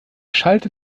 schalter